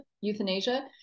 euthanasia